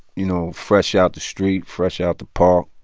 you know, fresh out the street, fresh out the park,